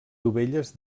dovelles